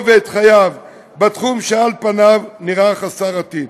ואת חייו בתחום שעל פניו נראה חסר עתיד?